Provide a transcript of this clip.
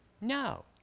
No